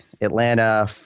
Atlanta